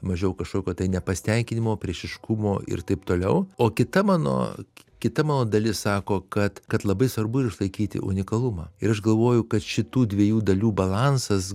mažiau kažkokio tai nepasitenkinimo priešiškumo ir taip toliau o kita mano kita mano dalis sako kad kad labai svarbu ir išlaikyti unikalumą ir aš galvoju kad šitų dviejų dalių balansas